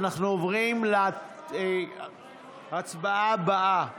אנחנו עוברים להצבעה הבאה